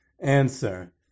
answer